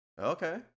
Okay